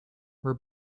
were